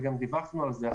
וגם דיווחנו על זה,